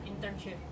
internship